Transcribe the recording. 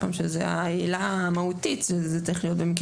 העילה המהותית שזה צריך להיות במקרים